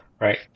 right